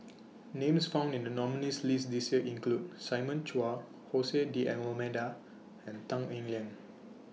Names found in The nominees' list This Year include Simon Chua Jose D'almeida and Tan Eng Liang